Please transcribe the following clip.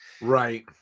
Right